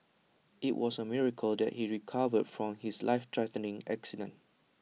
IT was A miracle that he recovered from his lifethreatening accident